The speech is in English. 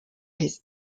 his